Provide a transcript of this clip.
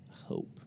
hope